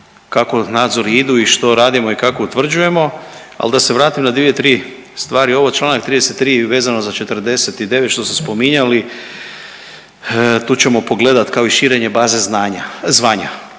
kako nadzori idu i što radimo i kako utvrđujemo, ali da se vratim na 2, 3 stvari, ovo, čl. 33 vezano za 49, što ste spominjali, tu ćemo pogledati, kao i širenje baze znanja,